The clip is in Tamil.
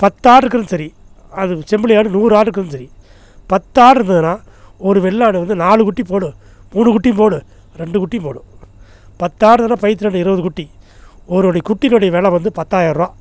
பத்து ஆடு இருக்கிறதும் சரி அது செம்புலி ஆடு நூறு ஆடு இருக்கிறதும் சரி பத்தாடு இருந்ததுன்னால் ஒரு வெள்ளாடு வந்து நாலு குட்டி போடும் மூணு குட்டி போடும் ரெண்டு குட்டி போடும் பத்தாடு இருந்துதுன்னால் பத்து ரெண்டு இருபது குட்டி ஒரு ஒரு குட்டிகளோடு வெலை வந்து பத்தாயரூவா